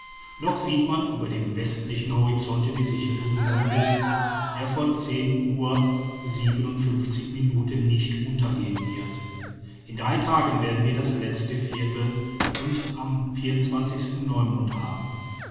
noch sieht man über dem westlichen horizonte die sichel des mondes der vor zehn uhr siebenundfünfzig minuten nicht untergehen wird in drei tagen werden wir letztes viertel und am neumond haben